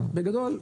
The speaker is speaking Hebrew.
בגדול,